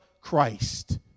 Christ